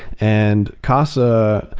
and casa,